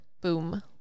boom